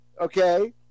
Okay